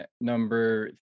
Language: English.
number